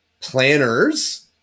planners